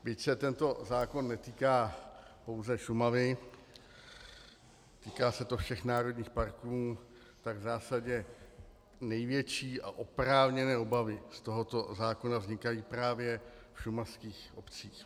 Byť se tento zákon netýká pouze Šumavy, týká se to všech národních parků, tak v zásadě největší a oprávněné obavy z tohoto zákona vznikají právě v šumavských obcích.